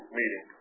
meeting